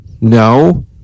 No